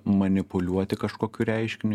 manipuliuoti kažkokiu reiškiniu